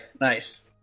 nice